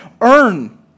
earn